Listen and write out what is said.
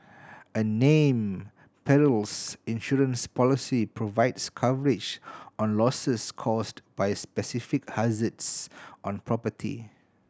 a name perils insurance policy provides coverage on losses caused by specific hazards on property